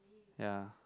ya